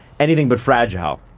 anything but fragile,